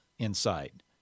inside